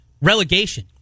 relegation